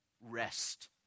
rest